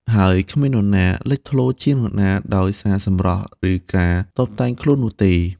ហើយគ្មាននរណាលេចធ្លោជាងនរណាដោយសារសម្រស់ ឬការតុបតែងខ្លួននោះទេ។